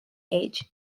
age